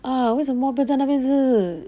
ah 为什么不在那边吃